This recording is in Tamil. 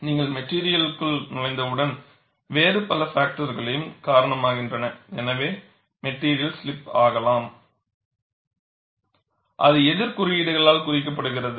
நீங்கள் மெட்டிரியலுக்கு நுழைந்தவுடன் வேறு பல பாக்டர்கள் காரணமாகின்றன எனவே மெட்டிரியல் ஸ்லிப் ஆகலாம் அது எதிர் குறியீடுகளால் குறிக்கப்படுகிறது